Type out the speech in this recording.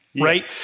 right